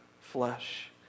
flesh